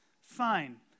Fine